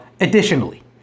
additionally